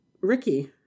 ricky